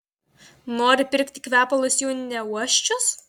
nori pirkti kvepalus jų neuosčius